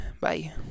Bye